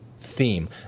theme